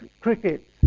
cricket